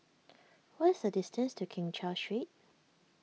what is the distance to Keng Cheow Street